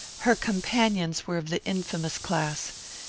her companions were of the infamous class.